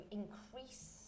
increase